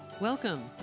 Welcome